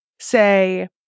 say